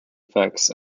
effects